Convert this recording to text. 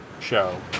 show